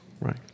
right